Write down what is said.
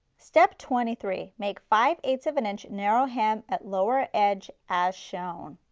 step twenty three make five eighths of an inch narrow hand at lower edge as shown.